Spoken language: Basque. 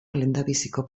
lehenbiziko